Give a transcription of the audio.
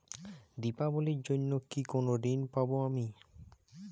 দীপাবলির জন্য কি কোনো ঋণ পাবো আমি?